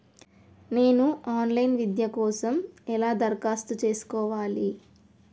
నేను online విద్య కోసం ఎలా దరఖాస్తు చేసుకోవాలి?